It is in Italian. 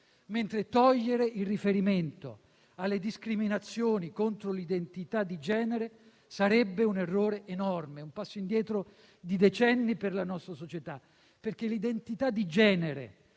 mentre togliere il riferimento alle discriminazioni contro l'identità di genere sarebbe un errore enorme, un passo indietro di decenni per la nostra società, perché l'identità di genere,